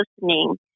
listening